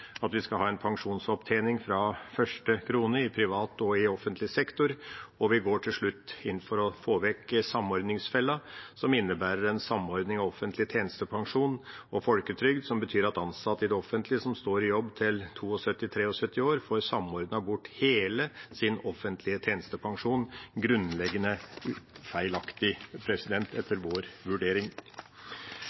at vi skal ha en pensjonsopptjening fra første krone i privat og i offentlig sektor, og vi går inn for å få vekk samordningsfella, som innebærer en samordning av offentlig tjenestepensjon og folketrygd, som betyr at ansatte i det offentlige som står i jobb til 72–73 år, får samordnet bort hele sin offentlige tjenestepensjon – grunnleggende feilaktig, etter vår vurdering.